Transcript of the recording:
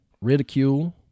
ridicule